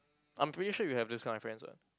I'm pretty sure you have this kind of friends [what]